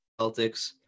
celtics